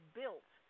built